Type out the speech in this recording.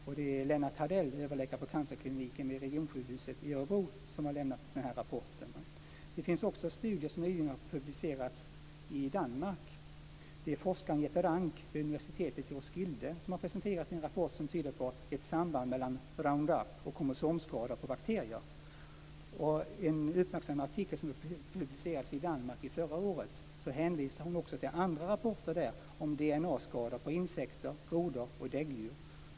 Det är Lennart Hardell, överläkare vid cancerkliniken vid Regionsjukhuset i Örebro som har lämnat den rapporten. Det finns också studier som nyligen har publicerats i Danmark. Det är forskaren Jette Rank vid universitetet i Roskilde som har presenterat en rapport som tyder på ett samband mellan Roundup och kromosomskador på bakterier. I en uppmärksammad artikel som publicerats i Danmark förra året hänvisar hon också till andra rapporter om DNA-skador på insekter, grodor och däggdjur.